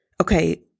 okay